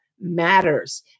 matters